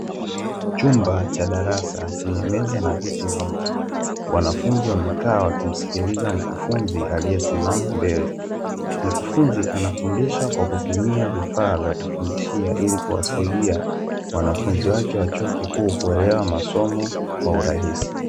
Chumba cha darasa chenye meza na viti vingi wanafunzi wamekaa wakimsikiliza mkufunzi aliyesimama mbele, mkufunzi anafundisha kwa kutumia vifaa vya kufundishia ili kuwasaidia wanafunzi wake wa chuo kikuu kuelewa masomo kwa urahisi.